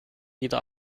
wieder